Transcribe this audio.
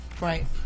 Right